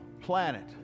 planet